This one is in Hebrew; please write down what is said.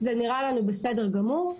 זה נראה לנו בסדר גמור.